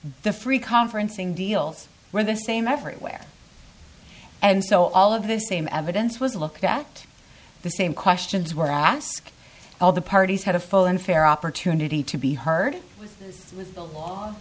the free conferencing deals were the same everywhere and so all of the same evidence was looked at the same questions were asked all the parties had a full and fair opportunity to be heard with the law